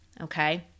okay